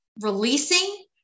releasing